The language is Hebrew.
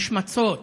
השמצות.